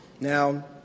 Now